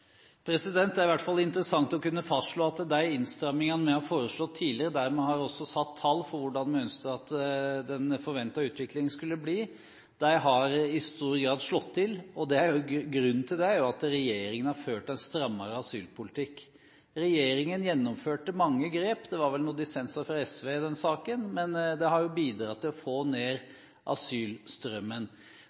Det er i hvert fall interessant å kunne fastslå at de innstrammingene vi har foreslått tidligere, og der vi også har satt tall for hvordan vi ønsket at den forventede utviklingen skulle bli, i stor grad har slått til. Grunnen til det er at regjeringen har ført en strammere asylpolitikk. Regjeringen gjennomførte mange grep – det var vel noen dissenser fra SV i den saken – og det har bidratt til å få ned asylstrømmen.